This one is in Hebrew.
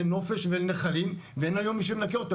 נופש ונחלים ואין היום מי שמנקה אותם.